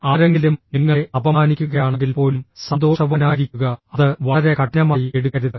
ആരെങ്കിലും നിങ്ങളെ അപമാനിക്കുകയാണെങ്കിൽപ്പോലും സന്തോഷവാനായിരിക്കുക അത് വളരെ കഠിനമായി എടുക്കരുത്